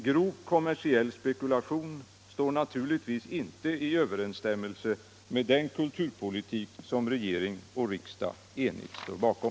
Grov kommersiell spekulation står naturligtvis inte i överensstämmelse med den kulturpolitik som regering och riksdag enigt står bakom.